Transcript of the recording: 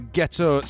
Ghetto